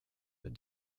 but